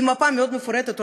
עם מפה מאוד מפורטת.